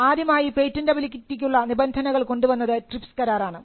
ആദ്യമായി പേറ്റന്റബിലിറ്റിക്കുള്ള നിബന്ധകൾ കൊണ്ടുവന്നത് ട്രിപ്സ് കരാറാണ്